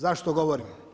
Zašto govorim?